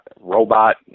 robot